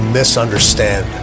misunderstand